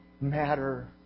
matter